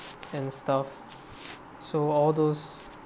and stuff so all those